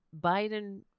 Biden